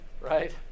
right